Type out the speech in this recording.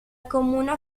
comuna